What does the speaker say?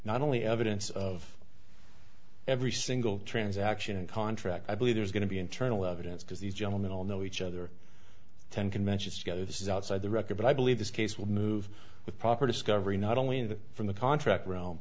not only evidence of every single transaction and contract i believe there's going to be internal evidence because these gentlemen all know each other ten conventions together this is outside the record but i believe this case will move with proper discovery not only in the from the contract realm